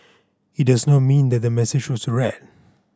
it does not mean that the message was read